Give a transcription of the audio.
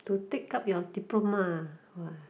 to take up your diploma !wah!